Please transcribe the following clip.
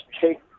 take